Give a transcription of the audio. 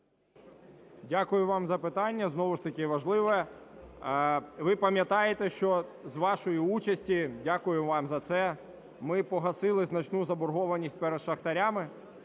Дякую вам за питання, знову ж таки важливе. Ви пам'ятаєте, що з вашої участі, дякуємо вам за це, ми погасили значну заборгованість перед шахтарями.